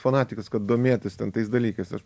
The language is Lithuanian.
fanatikas kad domėtis ten tais dalykais aš